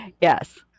Yes